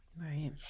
right